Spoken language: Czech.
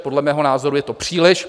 Podle mého názoru je to příliš.